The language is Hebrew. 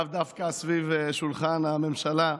לאו דווקא סביב שולחן הממשלה,